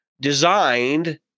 designed